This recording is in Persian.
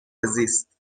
زیست